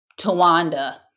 Tawanda